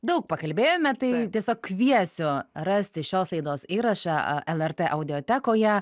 daug pakalbėjome tai tiesiog kviesiu rasti šios laidos įrašą lrt audiotekoje